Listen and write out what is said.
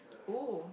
oh